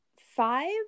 five